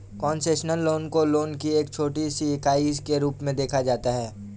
concessional loan को loan की एक छोटी सी इकाई के रूप में देखा जाता है